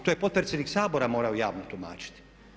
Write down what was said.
To je potpredsjednik Sabora morao javno tumačiti.